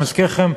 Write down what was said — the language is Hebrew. אני מזכיר לכם,